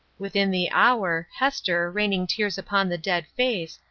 within the hour, hester, raining tears upon the dead face,